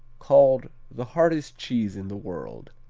called the hardest cheese in the world.